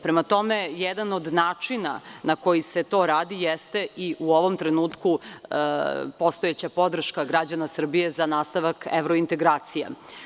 Prema tome, jedan od načina koji se to radi jeste i u ovom trenutku postojeća podrška građana Srbije za nastavak evrointegracija.